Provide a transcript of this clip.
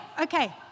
okay